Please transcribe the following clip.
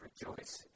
rejoice